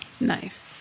Nice